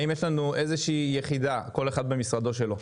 האם יש לנו איזו שהיא יחידה, כל אחד במשרדו שלו,